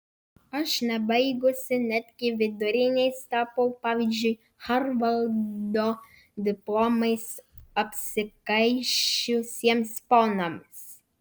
aš nebaigusi netgi vidurinės tapau pavyzdžiu harvardo diplomais apsikaišiusiems ponams